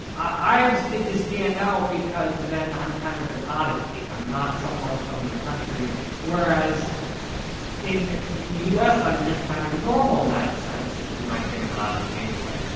i get to stand out because then i'm kind of an oddity. i'm not someone from the country whereas in the us, i'm just kind of normal in that sense. you might think i'm an oddity anyway.